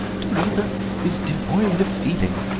teresa is devoid of feeling,